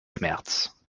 märz